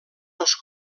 dos